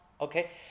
Okay